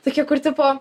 tokie kur tipo